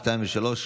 2 ו-3,